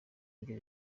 indyo